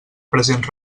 present